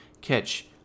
catch